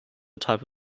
type